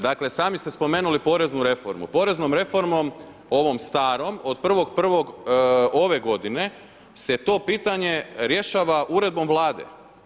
Dakle, sami ste spomenuli poreznu reformu, poreznom reformom ovom starom, od 1.1. ove godine se to pitanje rješava uredbom Vlade.